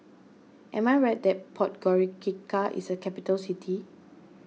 am I right that Podgorica is a capital city